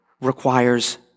requires